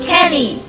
Kelly